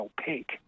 opaque